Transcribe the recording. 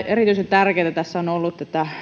erityisen tärkeätä tässä on ollut että